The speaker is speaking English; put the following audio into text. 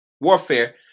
warfare